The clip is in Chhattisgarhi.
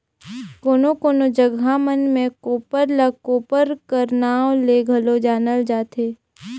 कोनो कोनो जगहा मन मे कोप्पर ल कोपर कर नाव ले घलो जानल जाथे